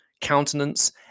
countenance